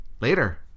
later